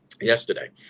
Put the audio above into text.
yesterday